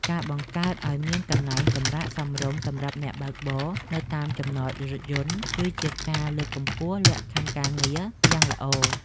ការបង្កើតឱ្យមានកន្លែងសម្រាកសមរម្យសម្រាប់អ្នកបើកបរនៅតាមចំណតរថយន្តគឺជាការលើកកម្ពស់លក្ខខណ្ឌការងារយ៉ាងល្អ។